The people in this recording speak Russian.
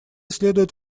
следует